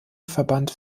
verband